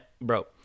bro